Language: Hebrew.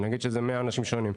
נגיד שזה 100 אנשים שונים.